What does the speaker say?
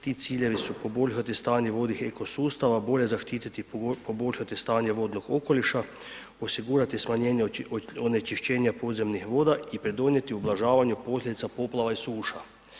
Ti ciljevi su poboljšati stanje vodnih eko sustava, bolje zaštiti i poboljšati stanje vodnog okoliša, osigurati smanjenje onečišćenja podzemnih voda i pridonijeti ublažavanju posljedica poplava i suša.